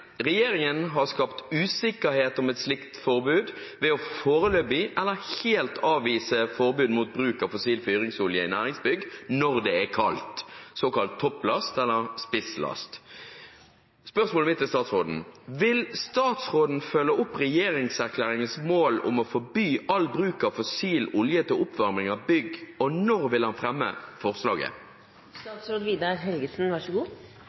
Regjeringen har skapt usikkerhet om et slikt forbud ved å foreløpig eller helt avvise forbud mot bruk av fossil fyringsolje i næringsbygg når det er kaldt, såkalt topplast/spisslast. Vil statsråden følge opp regjeringserklæringens mål om å forby all bruk av fossil olje til oppvarming av bygg, og når vil han fremme